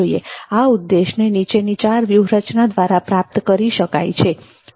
આ ઉદ્દેશને નીચેની ચાર વ્યુહરચના દ્વારા પ્રાપ્ત કરી શકાય છે